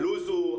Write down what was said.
הלו"ז הוא,